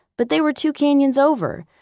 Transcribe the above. but they were two canyons over,